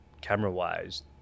camera-wise